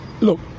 Look